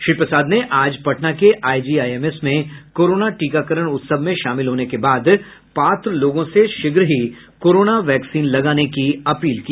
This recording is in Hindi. श्री प्रसाद ने आज पटना के आईजीआइएमएम में कोरोना टीकाकरण उत्सव में शामिल होने के बाद पात्र लोगों से शीघ्र ही कोरोना वैक्सीन लगाने की अपील की